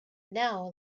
now